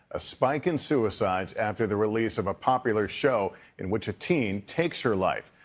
a spike in suicides after the release of a popular show in which a teen takes her life.